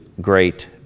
great